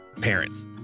Parents